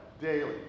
daily